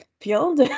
field